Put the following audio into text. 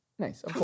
Nice